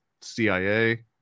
cia